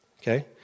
Okay